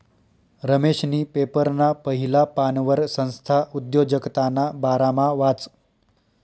रमेशनी पेपरना पहिला पानवर संस्था उद्योजकताना बारामा वाचं